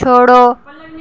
छोड़ो